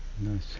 Nice